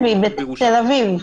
והיא בתל אביב.